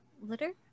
litter